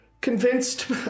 convinced